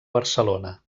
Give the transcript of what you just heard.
barcelona